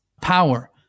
power